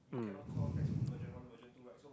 um